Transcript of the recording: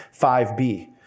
5B